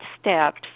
steps